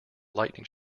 lightning